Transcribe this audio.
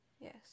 Yes